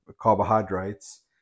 carbohydrates